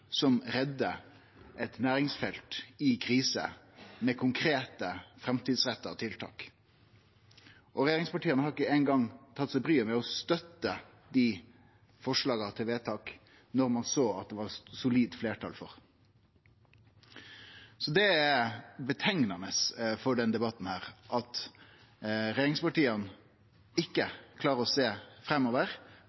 som reddar eit næringsfelt i krise med konkrete, framtidsretta tiltak. Regjeringspartia har ikkje ein gong tatt seg bryet med å støtte dei forslaga til vedtak som ein såg det var solid fleirtal for. Det seier mykje om denne debatten at regjeringspartia ikkje